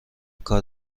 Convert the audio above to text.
کار